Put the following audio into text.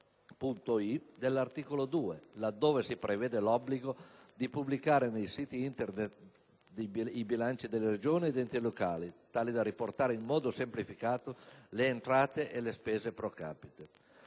*i)*, dell'articolo 2, laddove si prevede l'obbligo di pubblicare nei siti Internet i bilanci di Regioni ed enti locali, tali da riportare in modo semplificato le entrate e le spese *pro capite*.